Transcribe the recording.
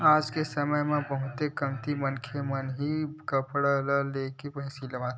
आज के समे म बहुते कमती मनखे मन ही कपड़ा लेके सिलवाथे